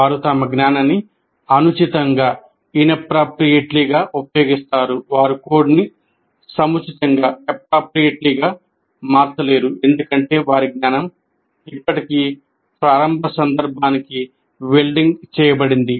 వారు తమ జ్ఞానాన్ని అనుచితంగా మార్చలేరు ఎందుకంటే వారి జ్ఞానం ఇప్పటికీ ప్రారంభ సందర్భానికి వెల్డింగ్ చేయబడింది